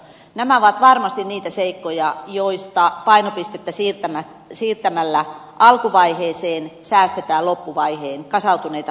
nämä ovat varmasti niitä seikkoja joissa painopistettä siirtämällä alkuvaiheeseen säästetään loppuvaiheen kasautuneita hoitokustannuksia